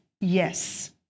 Yes